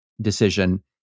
decision